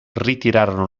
ritirarono